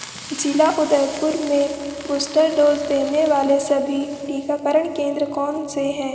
ज़िला उदयपुर में booster dose देने वाले सभी टीकाकरण केंद्र कौनसे हैं